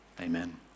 Amen